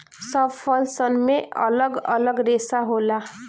सब फल सन मे अलग अलग रेसा होला